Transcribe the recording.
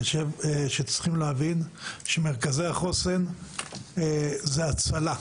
צריך להבין שמרכזי החוסן זה הצלה.